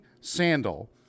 Sandal